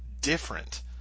different